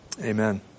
Amen